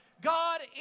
God